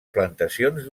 plantacions